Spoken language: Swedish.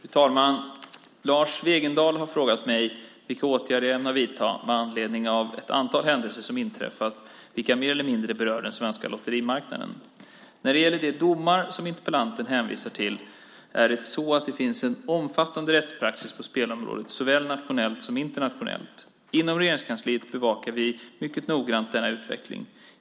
Fru talman! Lars Wegendal har frågat mig vilka åtgärder jag ämnar vidta med anledning av ett antal händelser som inträffat vilka mer eller mindre berör den svenska lotterimarknaden. När det gäller de domar som interpellanten hänvisar till är det så att det finns en omfattande rättspraxis på spelområdet såväl nationellt som internationellt. Inom Regeringskansliet bevakar vi mycket noggrant denna utveckling.